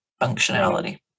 functionality